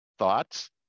thoughts